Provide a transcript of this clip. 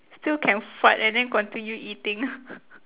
still can fart and then continue eating